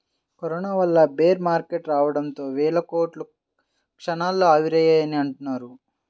corona వల్ల bear market రావడంతో వేల కోట్లు క్షణాల్లో ఆవిరయ్యాయని అంటున్నారు